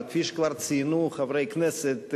אבל כפי שכבר ציינו חברי כנסת,